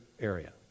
area